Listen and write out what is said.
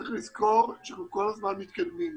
צריך לזכור שאנחנו כל הזמן מתקדמים.